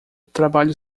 trabalho